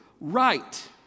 right